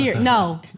No